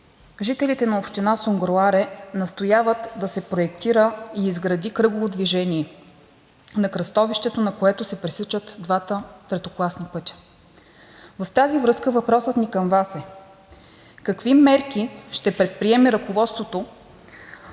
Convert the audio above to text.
жителите на община Сунгурларе настояват да се проектира и изгради кръгово движение на кръстовището, на което се пресичат двата третокласни пътя. В тази връзка въпросът ни към Вас е: какви мерки ще предприеме ръководеното